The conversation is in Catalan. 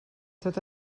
tot